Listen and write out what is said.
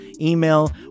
email